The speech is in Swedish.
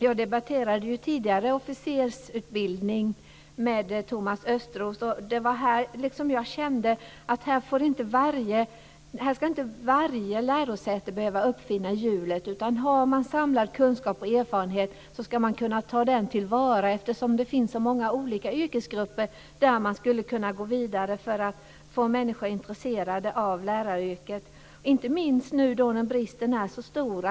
Jag debatterade tidigare utbildning för officerare med Thomas Östros. Jag kände att varje lärosäte inte ska behöva uppfinna hjulet. Har människor samlad kunskap och erfarenhet ska den kunna tas till vara. Det finns många olika yrkesgrupper där man skulle kunna gå vidare för att få människor intresserade av läraryrket. Det gäller inte minst nu när bristen är så stor.